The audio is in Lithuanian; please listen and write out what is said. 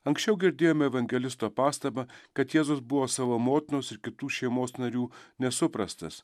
anksčiau girdėjome evangelisto pastabą kad jėzus buvo savo motinos ir kitų šeimos narių nesuprastas